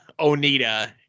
Onita